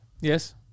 Yes